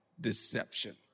deception